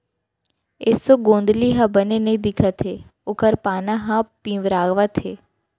एसों गोंदली ह बने नइ दिखत हे ओकर पाना ह पिंवरावत हे